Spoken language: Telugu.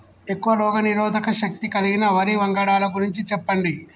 ఎక్కువ రోగనిరోధక శక్తి కలిగిన వరి వంగడాల గురించి చెప్పండి?